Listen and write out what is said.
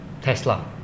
Tesla